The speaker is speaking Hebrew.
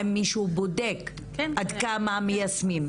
האם מישהו בודק עד כמה מיישמים.